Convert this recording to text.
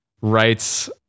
Writes